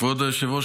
כבוד היושב-ראש,